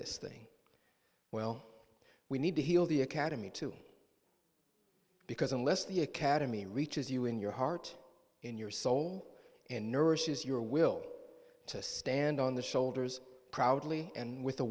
this thing well we need to heal the academy to because unless the academy reaches you in your heart in your soul and nurses your will to stand on the shoulders proudly and with